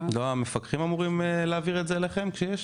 המפקחים לא אמורים להעביר את זה אליכם כשיש?